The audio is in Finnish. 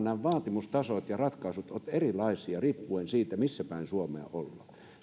nämä vaatimustasot ja ratkaisut ovat erilaisia riippuen siitä missä päin suomea